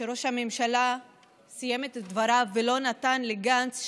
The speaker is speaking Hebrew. שראש הממשלה סיים את דבריו ולא נתן לגנץ,